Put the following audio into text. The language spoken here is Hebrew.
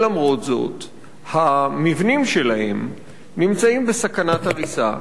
ולמרות זאת המבנים שלהם נמצאים בסכנת הריסה.